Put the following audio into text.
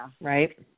right